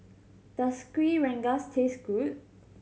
does Kuih Rengas taste good